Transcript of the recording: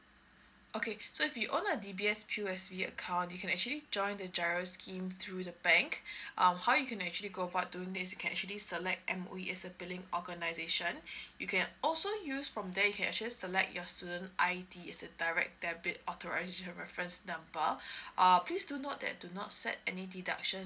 okay so if you own a D_B_S P_O_S_B account you can actually join the giro scheme through the bank um how you can actually go about doing this you can select M_O_E as a billing organisation you can also use from there you can actually select your student I_D is the direct debit authorization referenced number uh please do note that do not set any deduction